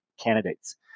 candidates